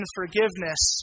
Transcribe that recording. forgiveness